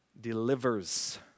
delivers